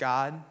God